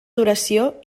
duració